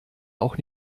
auch